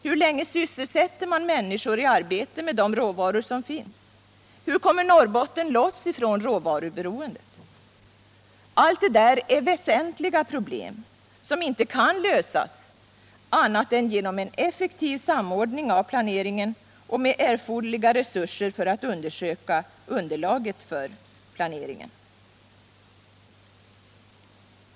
Hur länge sysselsätter man människor i arbete med de råvaror som finns? Hur kommer Norrbotten loss från råvaruberoendet? Allt detta är väsentliga problem som inte kan lösas på annat sätt än genom en effektiv samordning av planeringen och med erforderliga resurser för att undersöka underlaget för planeringen.